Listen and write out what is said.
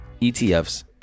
ETFs